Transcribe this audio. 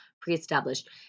pre-established